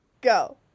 go